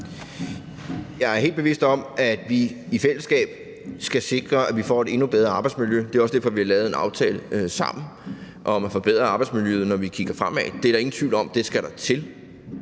Jeg er helt bevidst om, at vi i fællesskab skal sikre, at vi får et endnu bedre arbejdsmiljø. Det er også derfor, vi har lavet en aftale sammen om at forbedre arbejdsmiljøet, når vi kigger fremad. Det er der ingen tvivl om at der skal til.